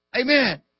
Amen